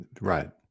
Right